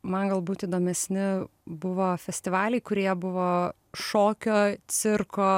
man galbūt įdomesni buvo festivaliai kurie buvo šokio cirko